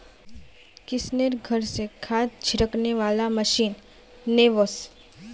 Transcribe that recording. किशनेर घर स खाद छिड़कने वाला मशीन ने वोस